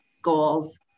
goals